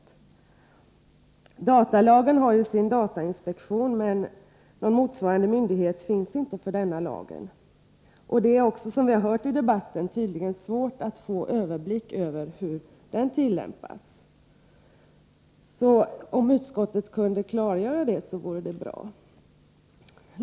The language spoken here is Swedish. För bevakning av datalagen finns datainspektionen, men någon motsvarande myndighet finns inte för lagen om TV-övervakning. Som vi har hört av debatten är det tydligen också svårt att få överblick över hur den tillämpas. Om man från utskottet kunde klargöra detta, vore det bra.